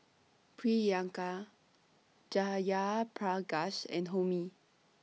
Priyanka Jayaprakash and Homi